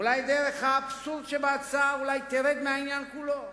ואולי דרך האבסורד שבהצעה תרד מהעניין כולו.